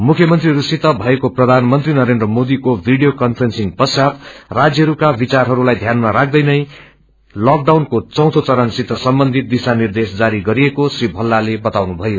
मुख्यमंत्रीहरू सितमएको प्रधानमंत्री नरेन्द्रमोदीकोभ्जिडियोकन्फ्रेन्सिंगपश्चात राज्यहरूकाविचारहरूलाई ध्यानमाराख्दैनैलकडानकोचौथोचरणसितसम्बन्धितदिशा निर्देशजारीगरिएकोश्रीभल्लालेबताउनुभयो